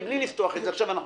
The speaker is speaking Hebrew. מבלי לפתוח את זה עכשיו.